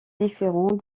différent